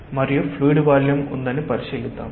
మరియు fluid volume ఉందని పరిశీలిద్దాం